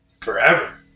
forever